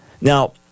now